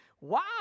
wow